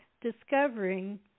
discovering